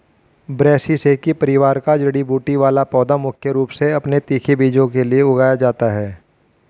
ब्रैसिसेकी परिवार का जड़ी बूटी वाला पौधा मुख्य रूप से अपने तीखे बीजों के लिए उगाया जाता है